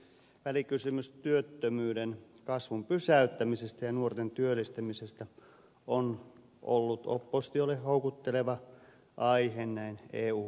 välikysymys työttömyyden kasvun pysäyttämisestä ja nuorten työllistämisestä on ollut oppositiolle houkutteleva aihe näin eu vaalien alla